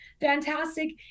fantastic